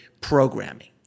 programming